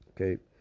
okay